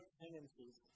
tendencies